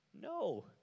No